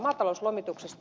maatalouslomituksesta